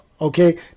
Okay